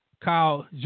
Kyle